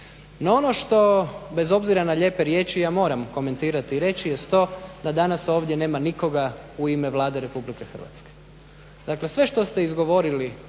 No ono što bez obzira na lijepe riječi ja moram komentirati i reći jest to da danas ovdje nema nikoga u ime Vlade RH. dakle sve što ste izgovorili